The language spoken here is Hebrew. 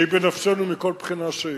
שהיא בנפשנו מכל בחינה שהיא.